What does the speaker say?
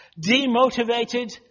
demotivated